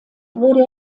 wurde